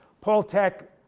paul thek,